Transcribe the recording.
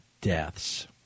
deaths